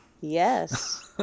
Yes